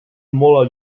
molt